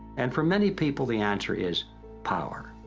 and for many people the answer is power!